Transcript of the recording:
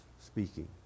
speaking